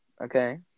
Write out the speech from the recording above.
Okay